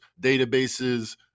databases